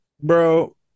bro